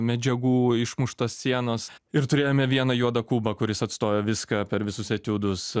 medžiagų išmuštos sienos ir turėjome vieną juodą kubą kuris atstojo viską per visus etiudus